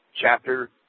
chapter